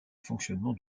fonctionnement